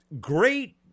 Great